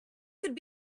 could